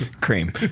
Cream